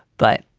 but,